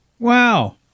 Wow